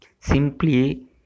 Simply